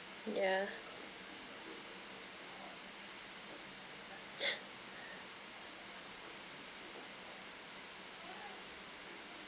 yeah